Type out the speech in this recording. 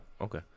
okay